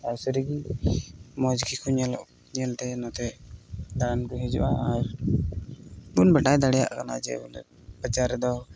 ᱟᱨ ᱥᱟᱹᱨᱤ ᱜᱮ ᱢᱚᱡᱽ ᱜᱮᱠᱚ ᱧᱮᱞᱚᱜ ᱧᱮᱞ ᱛᱟᱦᱮᱱᱟ ᱚᱱᱟᱛᱮ ᱫᱟᱲᱟᱱ ᱠᱚ ᱦᱤᱡᱩᱜᱼᱟ ᱟᱨ ᱵᱚᱱ ᱵᱟᱰᱟᱭ ᱫᱟᱲᱮᱭᱟᱜ ᱠᱟᱱᱟ ᱵᱚᱞᱮ ᱵᱟᱡᱟᱨ ᱨᱮᱫᱚ